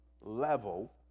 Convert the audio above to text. level